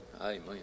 Amen